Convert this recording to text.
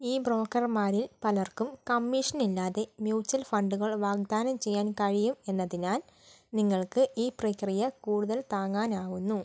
ഈ ബ്രോക്കർമാരിൽ പലർക്കും കമ്മീഷനില്ലാതെ മ്യൂച്വൽ ഫണ്ടുകൾ വാഗ്ദാനം ചെയ്യാൻ കഴിയും എന്നതിനാല് നിങ്ങള്ക്ക് ഈ പ്രക്രിയ കൂടുതൽ താങ്ങാനാവുന്നു